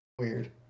weird